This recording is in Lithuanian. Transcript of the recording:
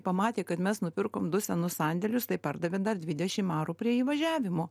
pamatė kad mes nupirkom du senus sandėlius tai pardavė dar dvidešim arų prie įvažiavimo